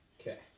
Okay